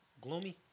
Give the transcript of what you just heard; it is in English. Gloomy